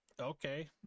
okay